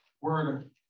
word